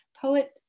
poet